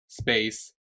Space